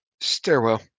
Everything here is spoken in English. Stairwell